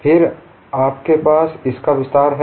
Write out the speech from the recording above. फिर आपके पास इसका विस्तार है